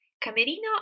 Camerino